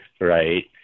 right